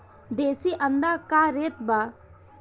देशी अंडा का रेट बा?